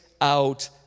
out